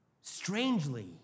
Strangely